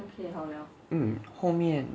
mm 后面